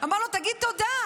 אמר לו: תגיד תודה,